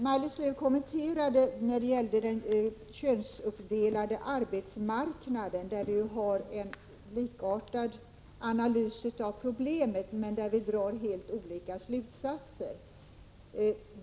Maj-Lis Lööw kommenterade frågan om den könsuppdelade arbetsmarknaden, och där har vi gjort en likartad analys av problemen. Men vi drar helt olika slutsatser.